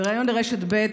בריאיון לרשת ב',